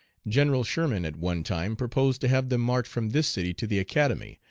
general sherman at one time purposed to have them march from this city to the academy,